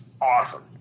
awesome